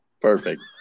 Perfect